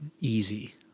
easy